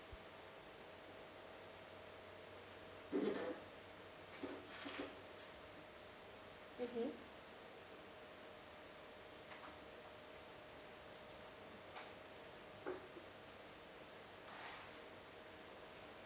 mmhmm